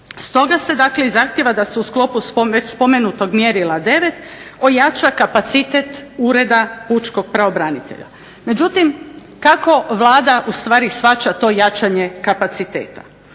Stoga se dakle i zahtijeva da se u sklopu već spomenutog mjerila 9. ojača kapacitet Ureda pučkog pravobranitelja. Međutim, kako Vlada u stvari shvaća to jačanje kapaciteta?